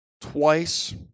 twice